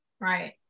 right